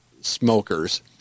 smokers